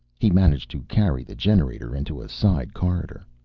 he managed to carry the generator into a side corridor.